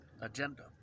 agenda